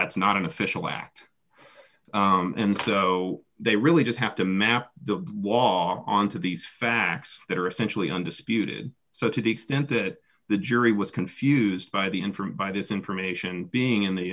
that's not an official act and so they really just have to map the law on to these facts that are essentially undisputed so to the extent that the jury was confused by the in from by this information being in the